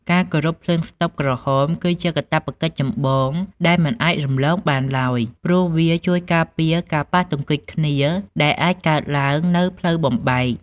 ការគោរពភ្លើងស្តុបក្រហមគឺជាកាតព្វកិច្ចចម្បងដែលមិនអាចរំលងបានឡើយព្រោះវាជួយការពារការប៉ះទង្គិចគ្នាដែលអាចកើតឡើងនៅផ្លូវបំបែក។